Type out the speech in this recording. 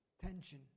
tension